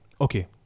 Okay